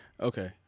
Okay